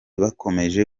bakomeje